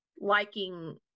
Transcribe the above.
liking